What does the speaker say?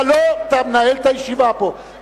אתה לא מנהל את הישיבה פה.